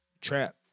trap